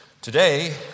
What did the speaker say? Today